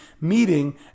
meeting